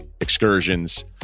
excursions